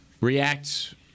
react